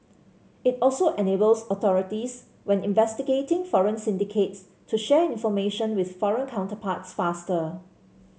it also enables authorities when investigating foreign syndicates to share information with foreign counterparts faster